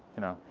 you know.